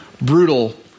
brutal